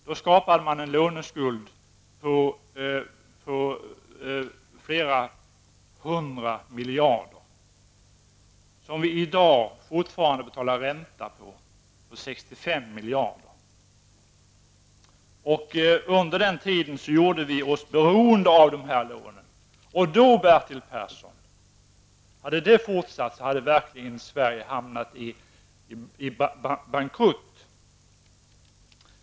Då skapade man en låneskuld på flera hundra miljarder, som vi i dag fortfarande betalar ränta på med 65 miljarder. Under den tiden gjorde vi ju oss beroende av de lånen. Hade det fortsatt, Bertil Persson, hade Sverige verkligen gått bankrutt.